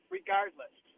regardless